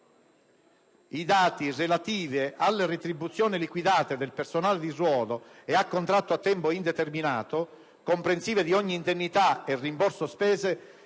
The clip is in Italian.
i dati relativi alle retribuzioni liquidate del personale di ruolo e a contratto a tempo indeterminato (comprensive di ogni indennità e rimborso spese)